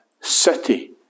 city